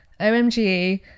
OMG